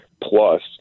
plus